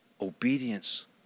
obedience